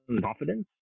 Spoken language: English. confidence